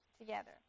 together